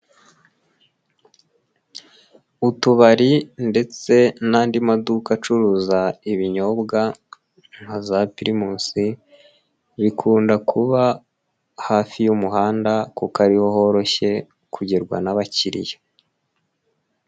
Utubari ndetse n'andi maduka acuruza ibinyobwa nka za pirimusi bikunda kuba hafi y'umuhanda kuko ariho horoshye kugerwa n'abakiriya.